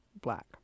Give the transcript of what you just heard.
black